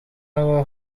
aba